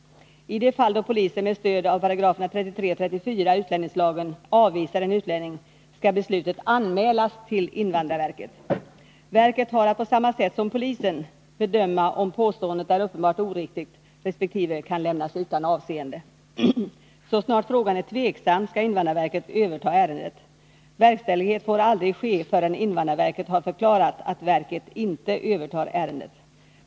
I de fall då polisen med stöd av 33 eller 34 § utlänningslagen avvisar en utlänning, skall beslutet anmälas till invandrarverket. Verket har att på samma sätt som polisen bedöma om påståendet ”är uppenbart oriktigt” resp. ”kan lämnas utan avseende”. Så snart det råder tvekan skall invandrarverket överta ärendet. Verkställighet får aldrig ske förrän invandrarverket har förklarat att verket inte övertar ärendet.